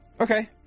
Okay